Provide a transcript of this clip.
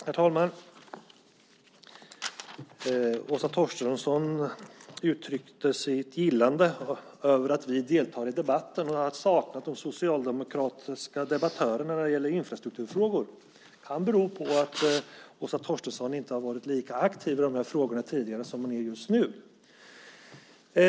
Herr talman! Åsa Torstensson uttryckte sitt gillande över att vi deltar i debatten. Hon har saknat de socialdemokratiska debattörerna när det gäller infrastrukturfrågor. Det kan bero på att Åsa Torstensson inte har varit lika aktiv i de här frågorna tidigare som hon är just nu.